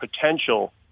potential